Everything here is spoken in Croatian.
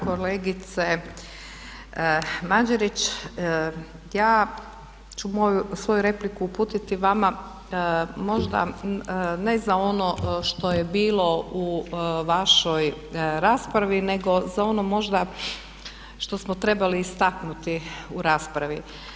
Kolegice Mađerić, ja ću svoju repliku uputit vama možda ne za ono što je bilo u vašoj raspravi nego za ono možda što smo trebali istaknuti u raspravi.